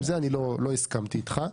כאן לא הסכמתי איתך.